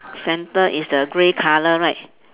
centre is the grey colour right